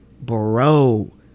bro